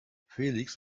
felix